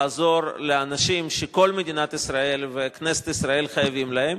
לעזור לאנשים שכל מדינת ישראל וכנסת ישראל חייבות להם.